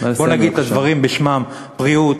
בוא נגיד את הדברים בשמם: בריאות,